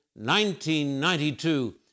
1992